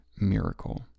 miracle